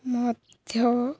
ମଧ୍ୟ